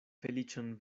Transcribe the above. feliĉon